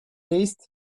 haste